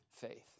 faith